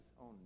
own